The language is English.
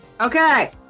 okay